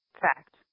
fact